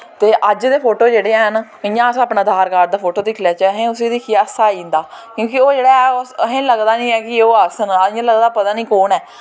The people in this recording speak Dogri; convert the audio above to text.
ते अज्ज दे फोटो जेह्ड़े हैन इ'यां अस अपने आधार कार्ड दा फोटो दिक्खी लैचै असें उसी दिक्खियै हास्सा आई जंदा क्योंकि ओह् जेह्ड़ा ऐ असें लगदा ना ऐ कि ओह् अस न इ'यां लगदा पता निं कु'न ऐ